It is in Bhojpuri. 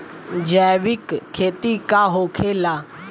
जैविक खेती का होखेला?